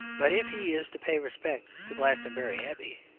but if he is to pay respect to glastonbury abbey,